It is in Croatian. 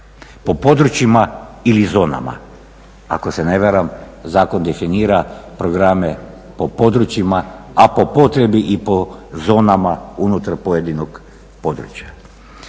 po područjima ili zonama, ako se ne varam zakon definira programe po područjima, a po potrebi i po zonama unutar pojedinog područja.